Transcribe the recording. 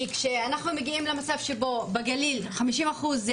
כי אנחנו מגיעים למצב שבו בגליל 50% הם